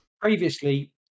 Previously